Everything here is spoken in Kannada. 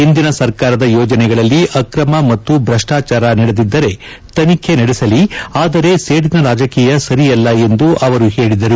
ಹಿಂದಿನ ಸರ್ಕಾರದ ಯೋಜನೆಗಳಲ್ಲಿ ಅಕ್ರಮ ಮತ್ತು ಭಷ್ಟಾಚಾರ ನಡೆದಿದ್ದರೆ ತನಿಖೆ ನಡೆಸಲಿ ಆದರೆ ಸೇಡಿನ ರಾಜಕೀಯ ಸರಿಯಲ್ಲ ಎಂದು ಅವರು ಹೇಳಿದರು